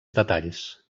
detalls